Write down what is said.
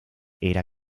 era